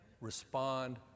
respond